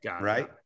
Right